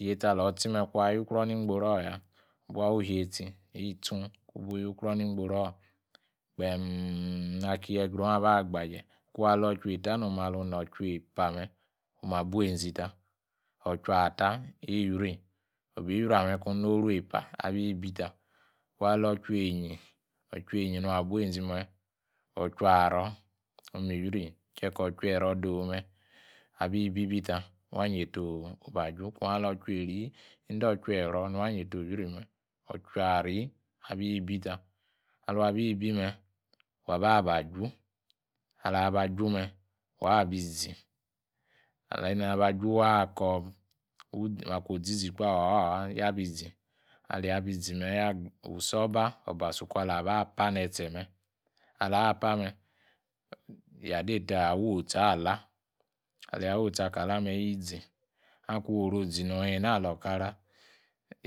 Iyetsi alawor itsime’ kon ayu kor ni gbo kor ya wuba wu iyetsi itsune kwan ayukor ni gboro kpee'm akie yegraown aba gbaje kwanlor otua eta nome’ aluni otwa epa me. oma buenzita otua atar. iwri obi-wi ameh kon oru epa abi bi ta. Alaa’ otua enyin otwa enyin nwa buenzime atwa aro, omi- iwrita kiye kor otua ero dowo abi bibi ta wa nyeta obaju. Kan ala’ otua ari abi bita Aluaibime waba ba juw. ala'bajume, wa ba bizi ali naba juu waa’ akor makwo zizi haa. ha. yabizi, aliabizime wu suba’ obasuku awaiwoti akalame’ yizi akworw ozina ena alorkara